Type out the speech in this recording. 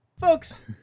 folks